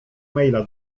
maila